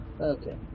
Okay